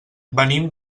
venim